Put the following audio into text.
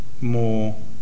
more